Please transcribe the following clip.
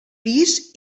pis